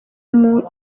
muri